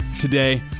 today